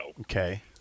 Okay